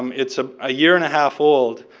um it's ah a year and a half old.